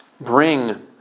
bring